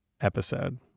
episode